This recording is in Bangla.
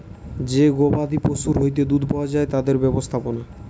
যে গবাদি পশুর হইতে দুধ পাওয়া যায় তাদের ব্যবস্থাপনা